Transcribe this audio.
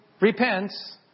repents